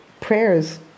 Prayers